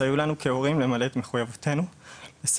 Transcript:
סייעו לנו כהורים למלא את מחויבותנו לספק